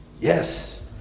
Yes